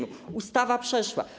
Ustawa przeszła.